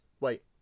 Wait